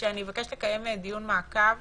שאני אבקש לקיים דיון מעקב